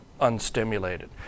unstimulated